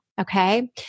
Okay